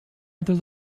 other